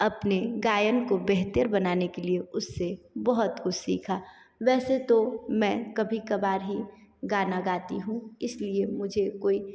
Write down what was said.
अपने गायन को बेहतर बनाने के लिए उससे बहुत कुछ सीखा वैसे तो मैं कभी कबार ही गाना गाती हूँ इसलिए मुझे कोई